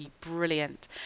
brilliant